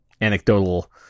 anecdotal